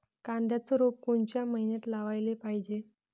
कांद्याचं रोप कोनच्या मइन्यात लावाले पायजे?